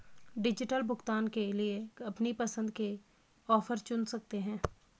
digital भुगतान के लिए अपनी पसंद के ऑफर चुन सकते है